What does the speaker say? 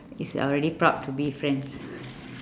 is already proud to be friends